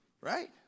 Right